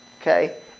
okay